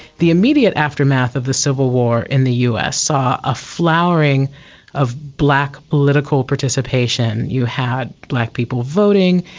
the immediate aftermath of the civil war in the us saw a flowering of black political participation. you had black people voting,